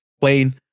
plane